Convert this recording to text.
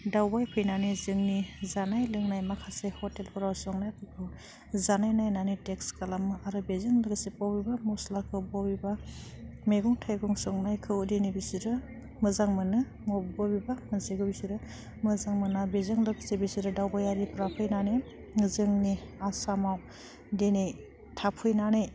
दावबायफैनानै जोंनि जानाय लोंनाय माखासे हटेलफ्राव संनायफोरखौ जानाय नायनानै टेस्ट खालामो आरो बेजों लोगोसे बबेबा मस्लाखौ बबेबा मैगं थाइगं संनायखौ दिनै बिसोरो मोजां मोनो बबेबा मोनसेखौ बिसोरो मोजां मोनना बेजों लोगोसे बिसोरो दावबायारिफ्रा फैनानै जोंनि आसामाव दिनै थाफैनानै